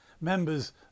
members